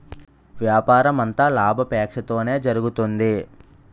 వ్యాపారమంతా లాభాపేక్షతోనే జరుగుతుంది